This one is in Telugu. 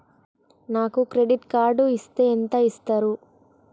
నాకు క్రెడిట్ కార్డు ఇస్తే ఎంత ఇస్తరు?